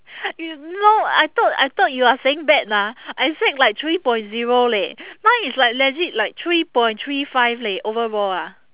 you no I thought I thought you are saying bad ah I expect like three point zero leh now it's like legit like three point three five leh overall ah